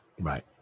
Right